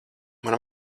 man